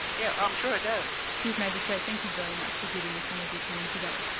yeah i'm sure it does. chief magistrate, thank you very much for giving us some of your time today.